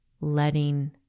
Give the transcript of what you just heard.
letting